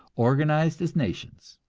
organized as nations.